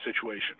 situation